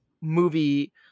movie